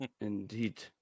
Indeed